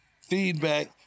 feedback